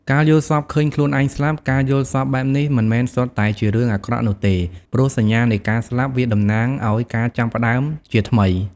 ការយល់សប្តិឃើញខ្លួនឯងស្លាប់ ការយល់សប្តិបែបនេះមិនមែនសុទ្ធតែជារឿងអាក្រក់នោះទេព្រោះសញ្ញានៃការស្លាប់ វាតំណាងឲ្យការចាប់ផ្តើមជាថ្មី។